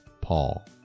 Paul